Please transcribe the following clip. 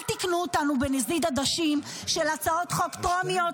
אל תקנו אותנו בנזיד עדשים של הצעות חוק טרומיות